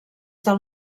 del